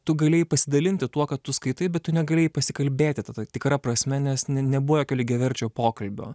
tu galėjai pasidalinti tuo ką tu skaitai bet tu negalėjai pasikalbėti ta ta tikra prasme nes ne nebuvo jokio lygiaverčio pokalbio